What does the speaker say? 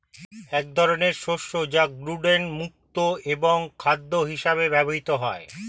এক ধরনের শস্য যা গ্লুটেন মুক্ত এবং খাদ্য হিসেবে ব্যবহৃত হয়